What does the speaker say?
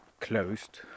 closed